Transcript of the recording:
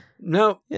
no